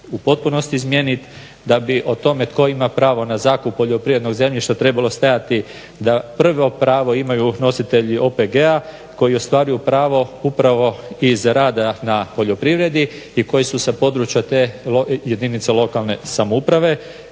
u potpunosti izmijenit, da bi o tome tko ima pravo na zakup poljoprivrednog zemljišta trebalo stajati da prvo pravo imaju nositelji OPG-a koji ostvaruju pravo upravo iz rada na poljoprivredi i koji su sa područja te jedinice lokalne samouprave.